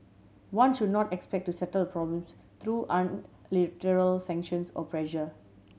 one should not expect to settle the problems through unilateral sanctions or pressure